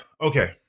Okay